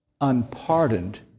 unpardoned